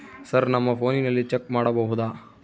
Sir ನಮ್ಮ ಫೋನಿನಲ್ಲಿ check ಮಾಡಬಹುದಾ?